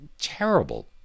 terrible